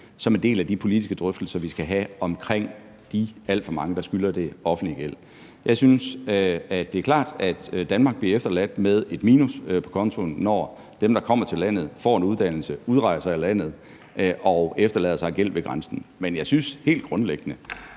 som en del af de politiske drøftelser, vi skal have omkring de alt for mange, der har gæld til det offentlige. Det er klart, at Danmark bliver efterladt med et minus på kontoen, når dem, der kommer til landet, får en uddannelse og udrejser af landet, efterlader sig en gæld ved grænsen, men jeg synes helt grundlæggende,